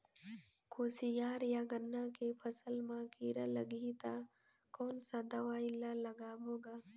कोशियार या गन्ना के फसल मा कीरा लगही ता कौन सा दवाई ला लगाबो गा?